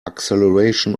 acceleration